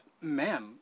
man